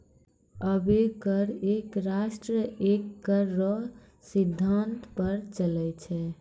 अबै कर एक राष्ट्र एक कर रो सिद्धांत पर चलै छै